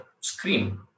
screen